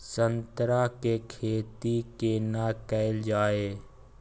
संतरा के खेती केना कैल जाय?